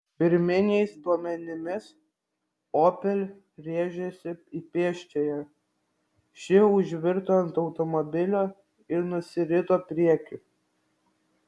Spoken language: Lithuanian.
pirminiais duomenimis opel rėžėsi į pėsčiąją ši užvirto ant automobilio ir nusirito priekiu